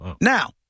Now